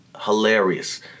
hilarious